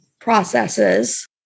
processes